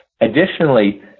Additionally